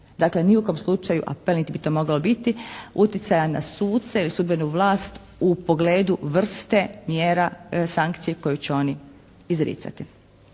Dakle ni u kom slučaju apel niti bi to moglo biti uticaja na suce, sudbenu vlast u pogledu vrste mjera, sankcije koju će oni izricati.